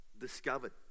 discovered